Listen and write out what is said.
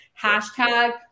hashtag